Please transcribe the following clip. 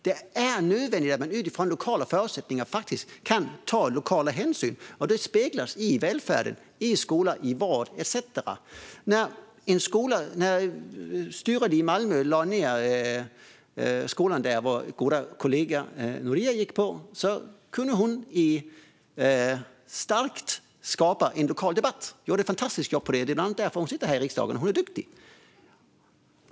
Det är nödvändigt att man utifrån lokala förutsättningar faktiskt kan ta lokala hänsyn, och det speglas i välfärden, i skolan, i vården etcetera. När de styrande i Malmö lade ned skolan där vår goda kollega Noria Manouchi gick kunde hon skapa en stark lokal debatt. Hon gjorde ett fantastiskt jobb med detta, och det är bland annat därför hon sitter här i riksdagen. Hon är duktig!